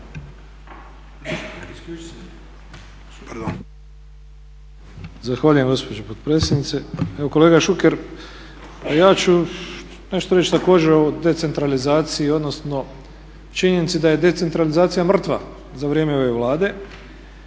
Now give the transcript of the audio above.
Zahvaljujem gospođo potpredsjednice.